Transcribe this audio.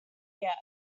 yet